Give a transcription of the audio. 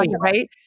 right